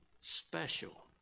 special